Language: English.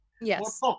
Yes